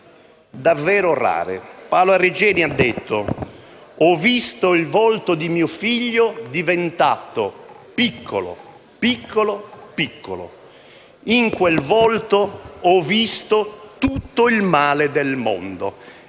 davvero rare. Paola Regeni ha detto: «Ho visto il volto di mio figlio diventato piccolo, piccolo, piccolo. In quel volto ho visto tutto il male del mondo».